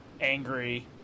angry